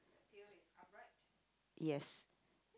yes